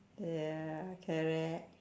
ya correct